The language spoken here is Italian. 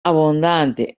abbondanti